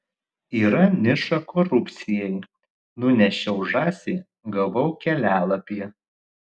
yra niša korupcijai nunešiau žąsį gavau kelialapį